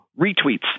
retweets